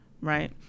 right